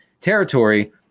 territory